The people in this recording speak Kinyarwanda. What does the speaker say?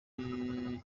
imbere